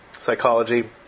psychology